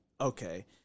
Okay